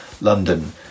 London